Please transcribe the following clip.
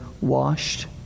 washed